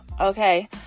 okay